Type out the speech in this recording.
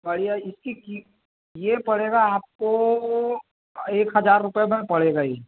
बढ़िया इसकी ये पड़ेगा आपको एक हजार रुपये में पड़ेगा ये